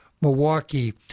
milwaukee